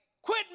Quit